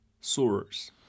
source